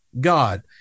God